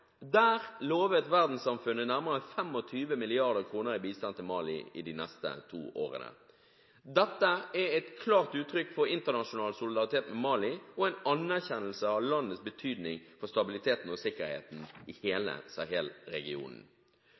Der lovet verdenssamfunnet nærmere 25 mrd. kr i bistand til Mali i de neste to årene. Dette er et klart uttrykk for internasjonal solidaritet med Mali og en anerkjennelse av landets betydning for stabiliteten og sikkerheten i hele